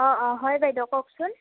অঁ অঁ হয় বাইদেউ কওকচোন